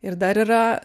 ir dar yra